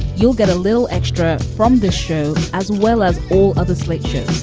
you'll get a little extra from the show as well as all other slate shows.